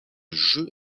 jeu